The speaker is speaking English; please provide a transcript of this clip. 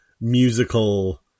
musical